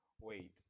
Wait